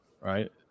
right